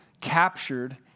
captured